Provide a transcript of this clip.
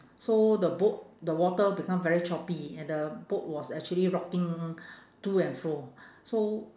so the boat the water become very choppy and the boat was actually rocking to and fro so